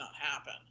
happen